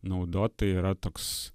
naudot tai yra toks